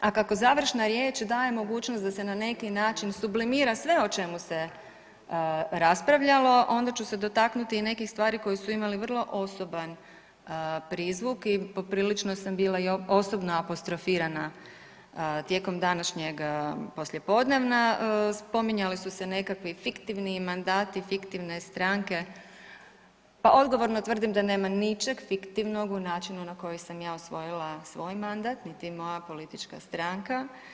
A kako završna riječ daje mogućnost da se na neki način sublimira sve o čemu se raspravljalo onda ću se dotaknuti i nekih stvari koje su imale vrlo osoban prizvuk i poprilično sam bila i osobno apostrofirana tijekom današnjeg poslijepodneva, spominjali su se nekakvi fiktivni mandati, fiktivne stranke pa odgovorno tvrdim da nema ničeg fiktivnog u načinu na koji sam ja osvojila svoj mandat niti moja politička stranka.